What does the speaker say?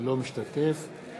אינו משתתף בהצבעה